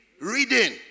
reading